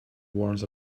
warns